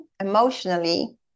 emotionally